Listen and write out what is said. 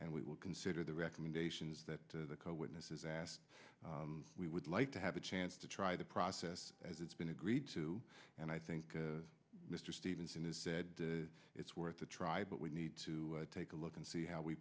and we will consider the recommendations that the co witnesses asked we would like to have a chance to try the process as it's been agreed to and i think mr stevenson has said it's worth a try but we need to take a look and see how we